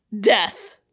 Death